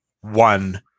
one